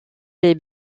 les